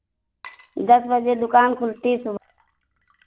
दस बजे दुकान खुलती है सुबह